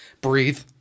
breathe